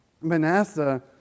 Manasseh